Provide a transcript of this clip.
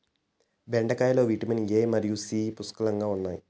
బెండకాయలో vitamin A మరియు C పుష్కలంగా ఉన్నాయి